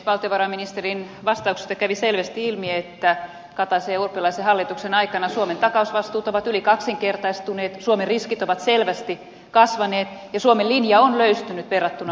valtiovarainministerin vastauksesta kävi selvästi ilmi että kataisen ja urpilaisen hallituksen aikana suomen takausvastuut ovat yli kaksinkertaistuneet suomen riskit ovat selvästi kasvaneet ja suomen linja on löystynyt verrattuna aikaisempaan hallitukseen